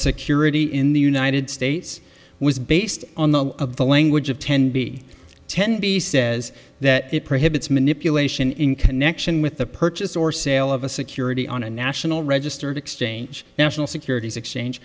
security in the united states was based on the of the language of ten b ten b says that it prohibits manipulation in connection with the purchase or sale of a security on a national register to exchange national securities exchange